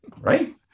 right